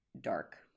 dark